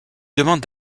demande